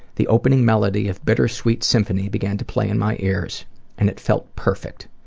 the opening melody of bittersweet symphony began to play in my ears and it felt perfect,